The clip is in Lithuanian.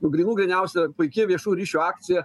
grynų gryniausia puiki viešųjų ryšių akcija